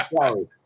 sorry